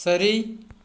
சரி